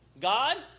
God